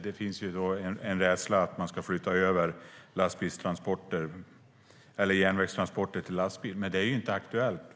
Det finns alltså en rädsla för att järnvägstransporter ska föras över till lastbil. Men det är inte aktuellt.